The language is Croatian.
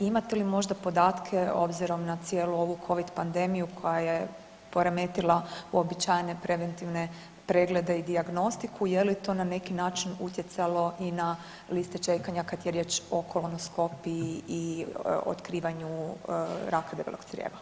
I imate li možda podatke obzirom na cijelu ovu covid pandemiju koja je poremetila uobičajene preventivne preglede i dijagnostiku je li to na neki način utjecalo i na liste čekanja kada je riječ o kolnoskopiji i otkrivanju raka debelog crijeva.